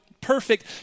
perfect